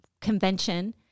convention